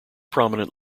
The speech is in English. prominent